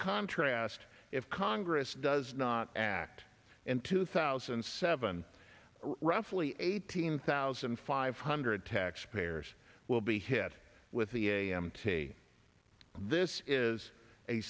contrast if congress does not act in two thousand and seven roughly eighteen thousand five hundred taxpayers will be hit with the a m t this is a